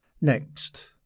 Next